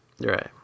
Right